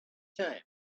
time